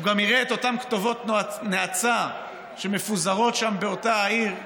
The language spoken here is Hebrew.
הוא גם יראה את אותן כתובות נאצה שמפוזרות שם באותה העיר,